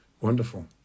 Wonderful